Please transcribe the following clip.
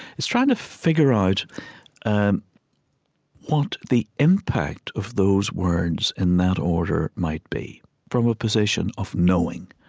is trying to figure out and what the impact of those words in that order might be from a position of knowing.